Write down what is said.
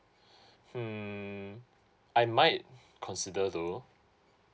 hmm I might consider though